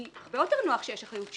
כי הרבה יותר נוח שיש אחריות שילוחית.